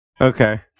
Okay